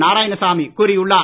நாராயணசாமி கூறியுள்ளார்